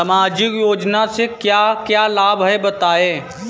सामाजिक योजना से क्या क्या लाभ हैं बताएँ?